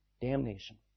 damnation